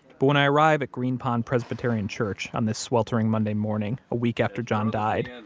but when i arrive at green pond presbyterian church on this sweltering monday morning, a week after john died,